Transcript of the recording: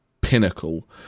pinnacle